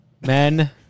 men